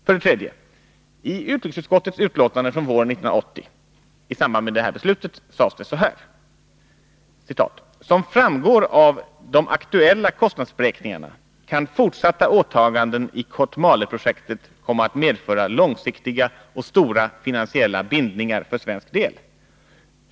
För det tredje: I utrikesutskottets utlåtande från våren 1980 sades i samband med detta beslut: ”Som framgår bl.a. av de aktuella kostnadsberäkningar —-—--—- kan fortsatta åtaganden i Kotmale-projektet komma att medföra långsiktiga och stora finansiella bindningar för svensk del.